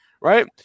right